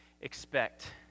expect